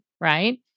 Right